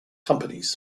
companies